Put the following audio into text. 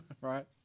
right